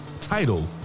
title